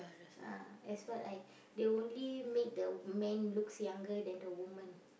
ah that's what I they only make the men looks younger than the women